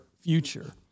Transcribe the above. future